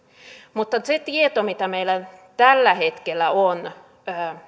mutta se tieto mitä meillä tällä hetkellä on